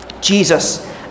Jesus